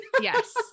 Yes